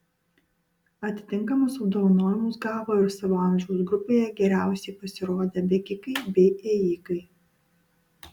atitinkamus apdovanojimus gavo ir savo amžiaus grupėje geriausiai pasirodę bėgikai bei ėjikai